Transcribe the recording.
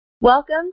Welcome